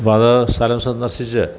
അപ്പോഴത് സ്ഥലം സന്ദർശിച്ച്